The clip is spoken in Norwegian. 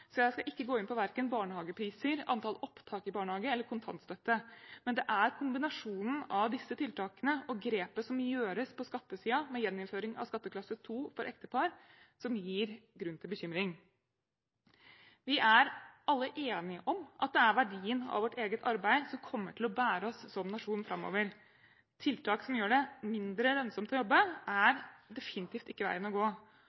så jeg skal ikke gå inn på verken barnehagepriser, antall opptak i barnehage eller kontantstøtte. Men det er kombinasjonen av disse tiltakene og grepet som gjøres på skattesiden, med gjeninnføring av skatteklasse 2 for ektepar, som gir grunn til bekymring. Vi er alle enige om at det er verdien av vårt eget arbeid som kommer til å bære oss som nasjon framover. Tiltak som gjør det mindre lønnsomt å jobbe, er definitivt ikke veien å gå.